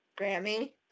Grammy